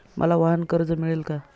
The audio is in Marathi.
मला वाहनकर्ज मिळेल का?